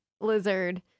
lizard